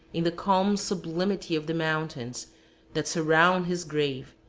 in the calm sublimity of the mountains that surround his grave,